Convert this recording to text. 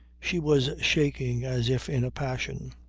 she was shaking as if in a passion.